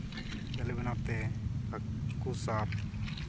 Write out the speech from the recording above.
ᱡᱟᱹᱞᱤ ᱵᱮᱱᱟᱣᱛᱮ ᱦᱟᱹᱠᱩ ᱥᱟᱵ